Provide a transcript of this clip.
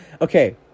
Okay